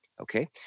Okay